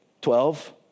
Twelve